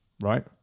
right